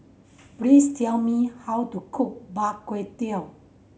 please tell me how to cook Bak Kut Teh